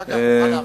אחר כך תוכל להרחיב.